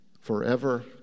forever